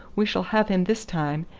we shall have him this time.